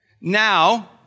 Now